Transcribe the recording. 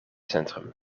centrum